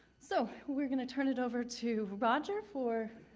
so, we're gonna turn it over to roger for.